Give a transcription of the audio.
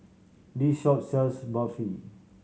this shop sells Barfi